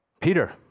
Peter